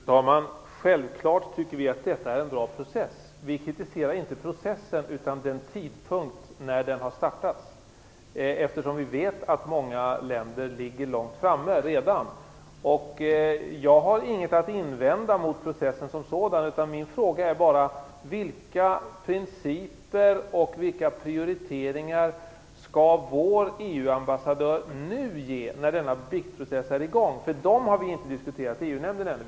Fru talman! Självklart tycker vi att detta är en bra process. Vi kritiserar inte processen utan den tidpunkt när den har startat. Vi vet att många länder redan ligger långt framme, och jag har inget att invända mot processen som sådan, utan min fråga är bara: Vilka principer och prioriteringar skall vår EU-ambassadör hävda nu när denna biktprocess är i gång? Dessa har vi ännu inte diskuterat i EU-nämnden.